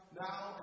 now